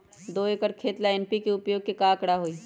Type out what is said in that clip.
दो एकर खेत ला एन.पी.के उपयोग के का आंकड़ा होई?